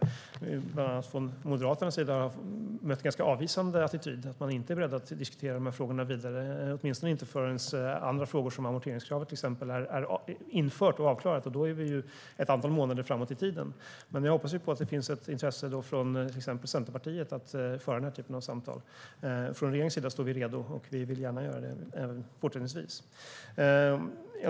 Bland annat har Moderaterna haft en ganska avvisande attityd. De är inte beredda att diskutera frågorna vidare, åtminstone inte förrän andra frågor, till exempel amorteringskravet, är infört och avklarat. Då är vi ett antal månader framåt i tiden. Jag hoppas att det finns intresse från till exempel Centerpartiet av att föra den typen av samtal. Regeringen är redo och vill gärna göra det fortsättningsvis.